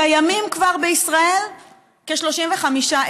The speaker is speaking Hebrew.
קיימים כבר בישראל כ-35,000,